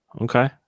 Okay